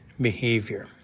behavior